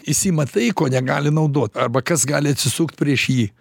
jis ima tai ko negali naudot arba kas gali atsisukt prieš jį